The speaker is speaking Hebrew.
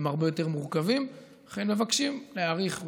הרבה יותר מורכבים, ולכן מבקשים להאריך בשנה.